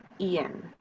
ian